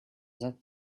that